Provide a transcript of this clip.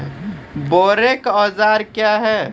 बोरेक औजार क्या हैं?